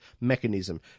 mechanism